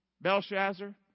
Belshazzar